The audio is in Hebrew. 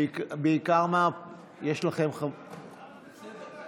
בעיקר, יש לכם חברי כנסת?